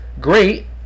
great